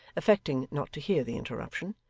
affecting not to hear the interruption,